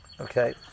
okay